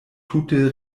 tute